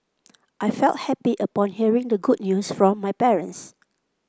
I felt happy upon hearing the good news from my parents